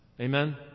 Amen